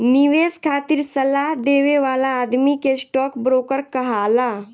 निवेश खातिर सलाह देवे वाला आदमी के स्टॉक ब्रोकर कहाला